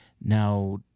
now